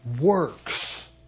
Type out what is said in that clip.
works